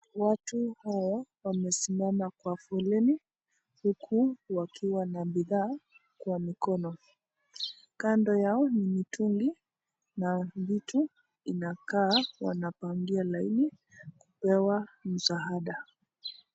Watu hawa wamesimama kwa foleni huku wakiwa na bidhaa kwa mikono, kando yao ni mtungi na vitu inakaa wanapangia laini kupewa msaada.